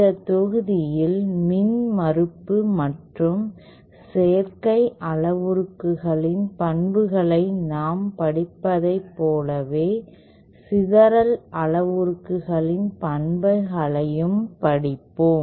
இந்த தொகுதியில் மின்மறுப்பு மற்றும் சேர்க்கை அளவுருக்களின் பண்புகளை நாம் படித்ததைப் போலவே சிதறல் அளவுருக்களின் பண்புகளையும் படிப்போம்